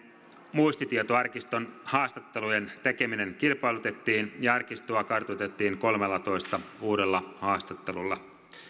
muistitietoarkiston haastattelujen tekeminen kilpailutettiin ja arkistoa kartutettiin kolmellatoista uudella haastattelulla